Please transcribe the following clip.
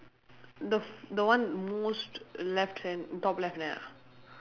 the f~ the one most left hand on top left there ah